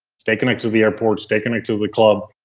stay connected to the airports, stay connected to the club,